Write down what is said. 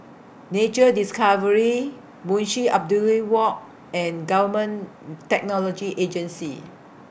Nature Discovery Munshi Abdullah Walk and Government Technology Agency